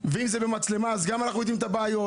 אם זה עם מצלמה, אנחנו גם מכירים את הבעיות.